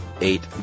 eight